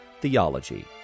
theology